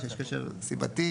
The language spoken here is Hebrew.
שיש קשר סיבתי,